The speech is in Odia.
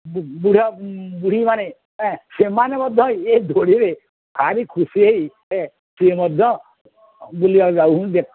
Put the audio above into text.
ବୁଢ଼ାବୁଢ଼ୀମାନେ ସେମାନେ ମଧ୍ୟ ଏ ଦୋଳିରେ ଭାରି ଖୁସି ହୋଇ ସେ ମଧ୍ୟ ବୁଲିବାକୁ ଯାଉଛନ୍ତି